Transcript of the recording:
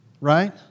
right